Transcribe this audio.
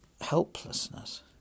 helplessness